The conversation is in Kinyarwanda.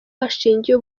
hashingiye